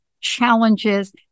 challenges